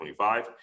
25